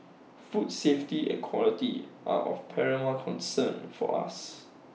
food safety and quality are of paramount concern for us